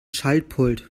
schaltpult